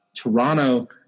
Toronto